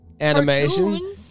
animation